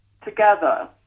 together